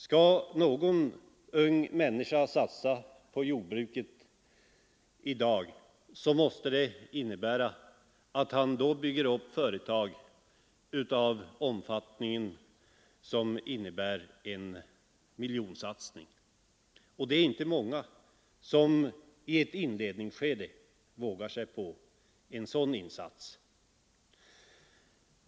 Skall en ung människa satsa på jordbruket i dag, innebär det att bygga ett företag med en satsning av ungefär en miljon. Det är inte många som i ett inledningsskede vågar sig på en sådan insats.